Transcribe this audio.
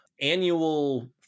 Annual